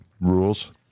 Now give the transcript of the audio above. rules